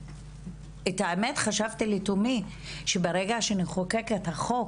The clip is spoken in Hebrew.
האמת היא שחשבתי לתומי שברגע שנחוקק את החוק